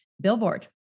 billboard